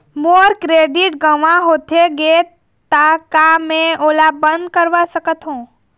मोर credit गंवा होथे गे ता का मैं ओला बंद करवा सकथों?